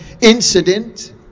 incident